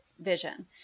vision